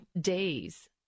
days